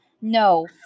No